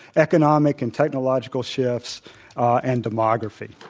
economic and technological shifts and demography.